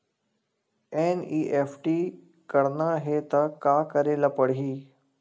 NEFT करना हे त का करे ल पड़हि?